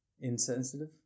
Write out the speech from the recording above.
Insensitive